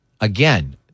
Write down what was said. Again